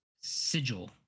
sigil